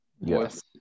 Yes